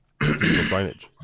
signage